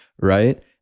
right